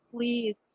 Please